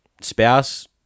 spouse